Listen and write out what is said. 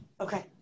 Okay